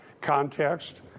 context